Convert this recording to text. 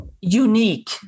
unique